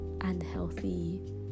unhealthy